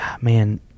man